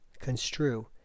construe